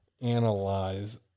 analyze